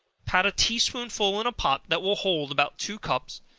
pat a tea-spoonful in a pot that will hold about two cups,